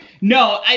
No